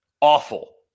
Awful